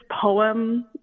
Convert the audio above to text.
poem